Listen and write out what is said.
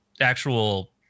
actual